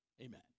Amen